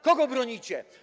Kogo bronicie?